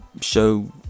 show